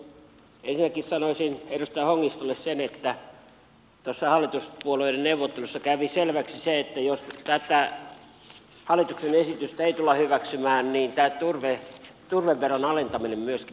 ensinnäkin sanoisin edustaja hongistolle sen että tuossa hallituspuolueiden neuvottelussa kävi selväksi se että jos tätä hallituksen esitystä ei tulla hyväksymään niin tämä turveveron alentaminen myöskin poistuu